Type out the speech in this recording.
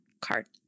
card